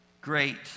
great